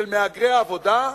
של מהגרי עבודה,